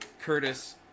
Curtis